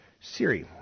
Siri